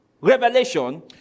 Revelation